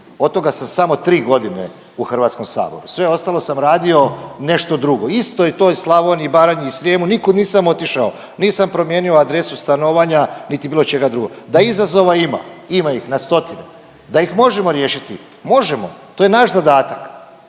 od toga sam samo tri godine u HS-u, sve ostalo sam radio nešto drugo u istoj toj Slavoniji, Baranji i Srijemu nikud nisam otišao, nisam promijenio adresu stanovanja niti bilo čega drugog. Da izazova ima, ima ih na stotine, da ih možemo riješiti, možemo to je naš zadatak